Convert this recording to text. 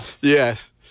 Yes